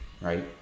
Right